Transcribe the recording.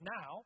now